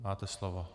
Máte slovo.